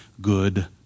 good